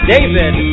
David